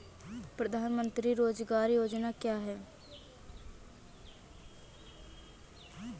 प्रधानमंत्री रोज़गार योजना क्या है?